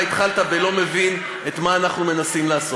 אתה התחלת ב"לא מבין מה שאנחנו מנסים לעשות".